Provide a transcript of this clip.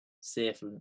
safe